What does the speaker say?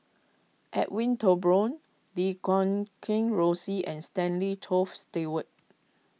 Edwin Thumboo Lim Guat Kheng Rosie and Stanley Toft Stewart